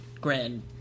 grand